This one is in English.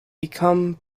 become